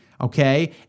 Okay